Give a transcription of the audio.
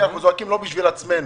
כי אנחנו זועקים לא בשביל עצמנו,